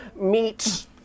meet